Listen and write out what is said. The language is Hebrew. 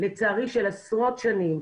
לצערי של עשרות שנים.